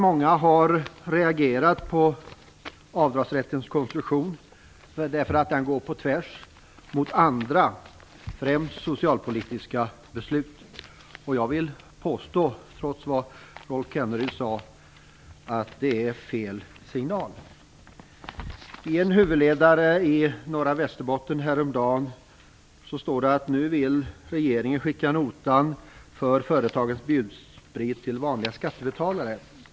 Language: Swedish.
Många har reagerat på avdragsrättens konstruktion, eftersom den går på tvärs mot andra beslut, främst socialpolitiska sådana. Jag vill trots vad Rolf Kenneryd sade påstå att det är fel signal som ges. I en huvudledare i Norra Västerbotten häromdagen framhålls: "Nu vill regeringen skicka notan för företagens bjudsprit till vanliga skattebetalare.